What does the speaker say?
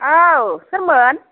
औ सोरमोन